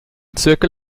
zirkel